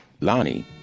Lonnie